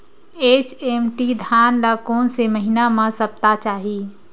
HMT धान ल कोन से महिना म सप्ता चाही?